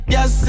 Yes